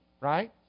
right